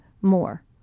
more